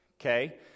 Okay